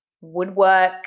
woodwork